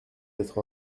être